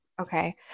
Okay